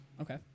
Okay